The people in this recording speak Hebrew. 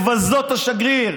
לבזות את השגריר.